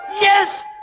yes